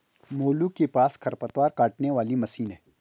मोलू के पास खरपतवार काटने वाली मशीन है